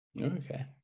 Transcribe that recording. Okay